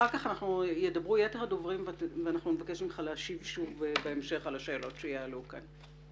אחר כך ידברו יתר הדוברים ונבקש ממך להשיב על השאלות שיעלו כאן.